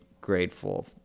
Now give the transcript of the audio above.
grateful